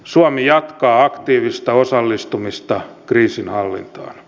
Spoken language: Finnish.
suomi jatkaa aktiivista osallistumista kriisinhallintaan